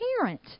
parent